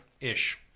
ish